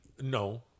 No